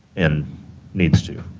and needs to.